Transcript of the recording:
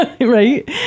Right